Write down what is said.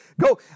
Go